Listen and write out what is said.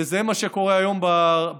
וזה מה שקורה היום ברשתות,